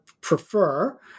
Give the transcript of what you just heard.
prefer